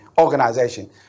organization